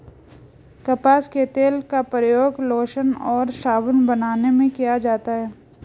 कपास के तेल का प्रयोग लोशन और साबुन बनाने में किया जाता है